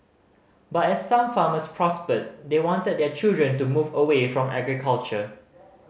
but as some farmers prospered they wanted their children to move away from agriculture